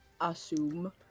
Assume